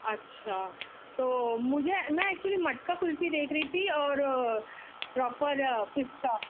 اچھا تو مجھے میں ایکچولی مٹکا کلفی دیکھ رہی تھی اور پراپر پستا